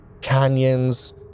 canyons